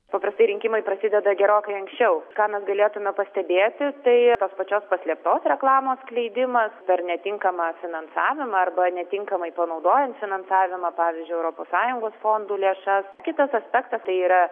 paprastai rinkimai prasideda gerokai anksčiau ką mes galėtume pastebėti tai tos pačios paslėptos reklamos skleidimas dar netinkamą finansavimą arba netinkamai panaudojant finansavimą pavyzdžiui europos sąjungos fondų lėšas kitas aspektas tai yra